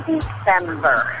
December